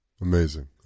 Amazing